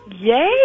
Yay